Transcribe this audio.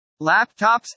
Laptops